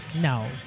no